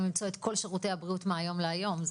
למצוא את כל שירותי הבריאות מהיום להיום,